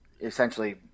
essentially